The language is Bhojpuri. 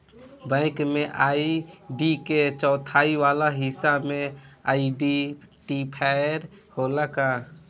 बैंक में आई.डी के चौथाई वाला हिस्सा में आइडेंटिफैएर होला का?